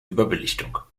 überbelichtung